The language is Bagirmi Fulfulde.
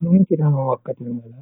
Do numtina am wakkati mi wala cede.